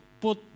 put